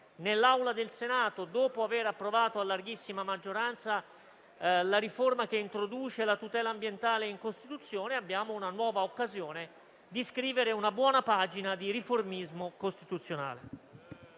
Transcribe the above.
importante. Dopo aver approvato a larghissima maggioranza la riforma che introduce la tutela ambientale in Costituzione, abbiamo nell'Aula del Senato una nuova occasione di scrivere una buona pagina di riformismo costituzionale.